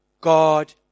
God